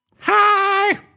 hi